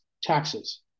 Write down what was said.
taxes